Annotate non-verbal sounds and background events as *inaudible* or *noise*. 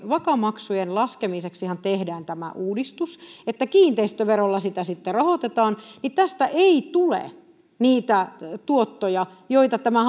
vaka maksujen laskemiseksihan tehdään tämä uudistus että kiinteistöverollako sitä sitten rahoitetaan kun tästä ei tule niitä tuottoja joita tämä *unintelligible*